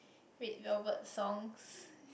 red velvet songs